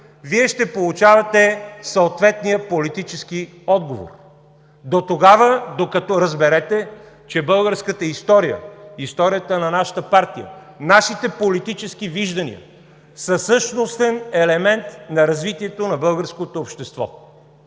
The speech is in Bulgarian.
Вие ще получавате съответния политически отговор дотогава, докато разберете, че българската история, историята на нашата партия, нашите политически виждания са същностен елемент на развитието на българското общество.